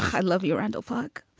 i love you, randall. fuck.